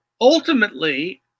ultimately